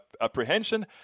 Apprehension